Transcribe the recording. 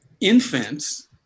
infants